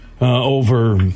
over